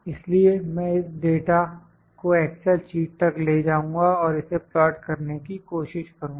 इसलिए मैं इस डाटा को एक्सेल शीट तक ले जाऊँगा और इसे प्लाट करने की कोशिश करूँगा